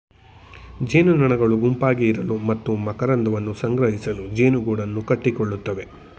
ಜೇನುನೊಣಗಳು ಗುಂಪಾಗಿ ಇರಲು ಮತ್ತು ಮಕರಂದವನ್ನು ಸಂಗ್ರಹಿಸಲು ಜೇನುಗೂಡನ್ನು ಕಟ್ಟಿಕೊಳ್ಳುತ್ತವೆ